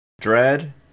Dread